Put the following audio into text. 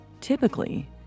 Typically